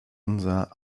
unser